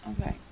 okay